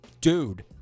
dude